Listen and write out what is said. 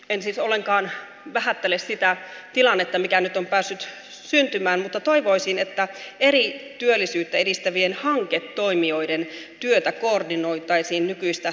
en siis ollenkaan vähättele sitä tilannetta mikä nyt on päässyt syntymään mutta toivoisin että työllisyyttä edistävien eri hanketoimijoiden työtä koordinoitaisiin nykyistä tehokkaammin